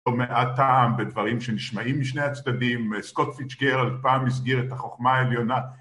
מעט טעם בדברים שנשמעים משני הצדדים, סקוט פיץ' גרל פעם הסגיר את החוכמה העליונה